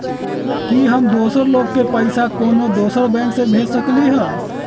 कि हम दोसर लोग के पइसा कोनो दोसर बैंक से भेज सकली ह?